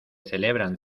celebran